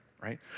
right